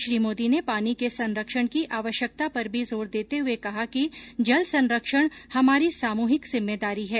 श्री मोदी ने पानी के संरक्षण की आवश्यकता पर भी जोर देते हुए कहा कि जल संरक्षण हमारी सामूहिक जिम्मेदारी है